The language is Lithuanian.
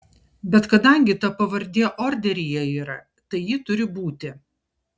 bet kadangi ta pavardė orderyje yra tai ji turi būti